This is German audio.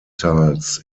tals